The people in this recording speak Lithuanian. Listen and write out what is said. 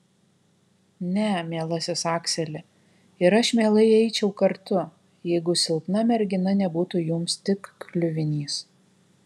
ne mielasis akseli ir aš mielai eičiau kartu jeigu silpna mergina nebūtų jums tik kliuvinys